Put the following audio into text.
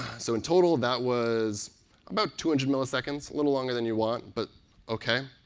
so, in total, that was about two hundred milliseconds. a little longer than you want but ok.